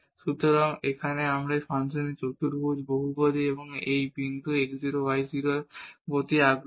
সুতরাং এখানে আমরা এই ফাংশনের একটি দ্বিঘাত বহুপদী এবং এই বিন্দু x 0 y 0 এর প্রতি আগ্রহী